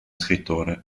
scrittore